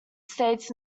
states